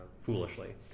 foolishly